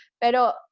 Pero